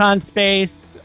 Space